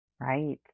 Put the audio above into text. right